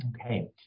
okay